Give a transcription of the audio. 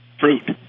fruit